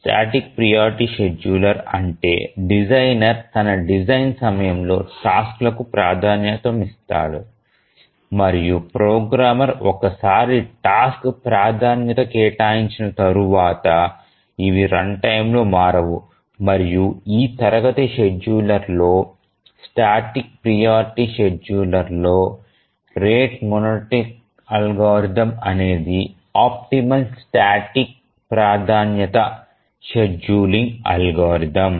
static priority scheduler అంటే designer తన design సమయంలో టాస్క్ లకు ప్రాధాన్యతనిస్తాడు మరియు ప్రోగ్రామర్ ఒకసారి టాస్క్ ప్రాధాన్యత కేటాయించిన తరువాత ఇవి రన్టైమ్లో మారవు మరియు ఈ తరగతి షెడ్యూలర్లలో స్టాటిక్ ప్రియారిటీ షెడ్యూలర్లలోరేటు మోనోటోనిక్ అల్గోరిథం అనేది ఆప్టిమల్ స్టాటిక్ ప్రాధాన్యత షెడ్యూలింగ్ అల్గోరిథం